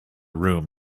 room